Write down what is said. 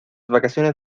vacaciones